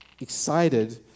excited